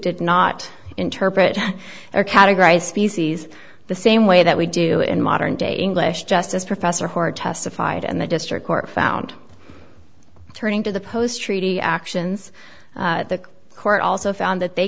did not interpret or categorize species the same way that we do in modern day english justice professor horror testified and the district court found turning to the post treaty actions the court also found that they